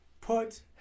put